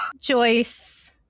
Joyce